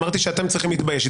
אמרתי שאתם צריכים להתבייש.